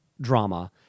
drama